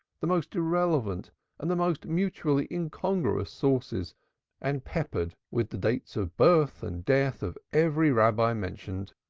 the most irrelevant and the most mutually incongruous sources and peppered with the dates of birth and death of every rabbi mentioned.